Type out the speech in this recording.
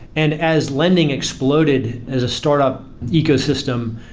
and as lending exploded as a startup ecosystem,